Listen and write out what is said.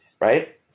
right